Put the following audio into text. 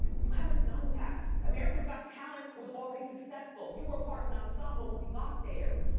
you haven't done that. america's got talent was already successful. you were part of an ensemble when you got there.